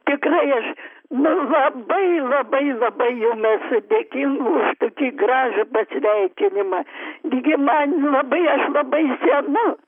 tikrai aš nu labai labai labai jum esu dėkinga už tokį gražų pasveikinimą gi man labai aš labai sena